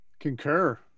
Concur